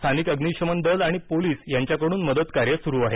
स्थानिक अग्निशमन दल आणि पोलिस यांच्याकडून मदतकार्य सुरू आहे